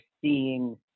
seeing